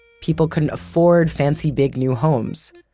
people couldn't afford fancy big new homes.